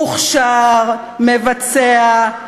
מוכשר, מבצע.